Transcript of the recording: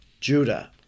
Judah